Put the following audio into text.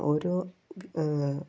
ഓരോ